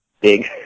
big